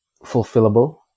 fulfillable